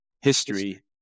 history